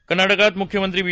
कर्नाटकात मुख्यमंत्री बी